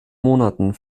monaten